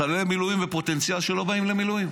חיילי מילואים בפוטנציה, שלא באים למילואים,